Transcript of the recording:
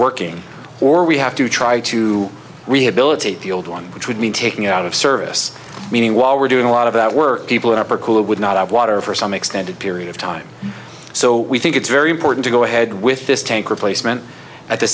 working or we have to try to rehabilitate the old one which would mean taking it out of service meaning while we're doing a lot of that work people in upper cool would not have water for some extended period of time so we think it's very important to go ahead with this tank replacement at the